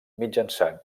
mitjançant